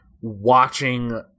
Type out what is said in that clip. watching